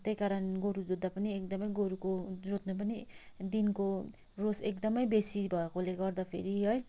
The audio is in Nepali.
त्यही कारण गोरु जोत्दा पनि एकदमै गोरुको जोत्नु पनि दिनको रोज एकदमै बेसी भाकोले गर्दाखेरि है